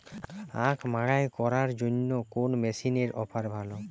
আখ মাড়াই করার জন্য কোন মেশিনের অফার ভালো?